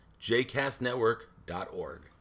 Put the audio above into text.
jcastnetwork.org